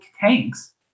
tanks